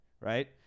right